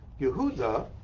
Yehuda